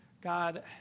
God